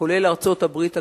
כולל ארצות-הברית הגדולה.